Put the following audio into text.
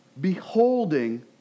beholding